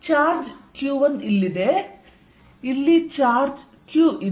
charge Q1 ಇಲ್ಲಿದೆ ಇಲ್ಲಿ charge q ಇದೆ